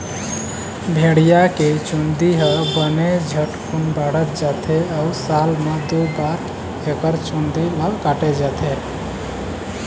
भेड़िया के चूंदी ह बने झटकुन बाढ़त जाथे अउ साल म दू बार एकर चूंदी ल काटे जाथे